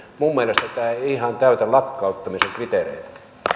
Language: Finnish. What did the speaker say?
minun mielestäni tämä ei ihan täytä lakkauttamiskriteereitä